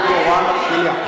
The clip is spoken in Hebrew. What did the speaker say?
הוא תורן מליאה.